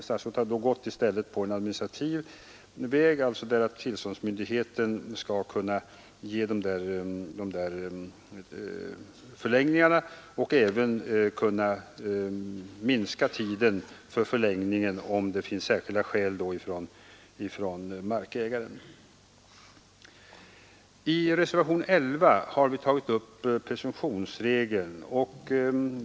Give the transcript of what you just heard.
Statsrådet har i stället gått en administrativ väg, där tillståndsmyndigheten skall kunna medge förlängning och även kunna minska tiden för förlängningen, om markägaren kan åberopa särskilda skäl för detta. I reservationen 11 har vi tagit upp presumtionsregeln.